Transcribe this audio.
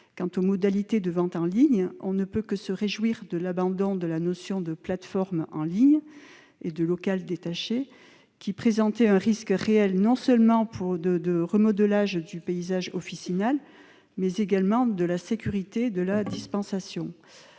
Quant aux modalités de vente en ligne, on ne peut que se réjouir de l'abandon des notions de plateformes et de local détaché, qui présentaient un risque réel de remodelage, non seulement du paysage officinal, mais également de la sécurité de la dispensation.